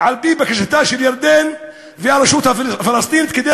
היום על-פי בקשת ירדן והרשות הפלסטינית כדי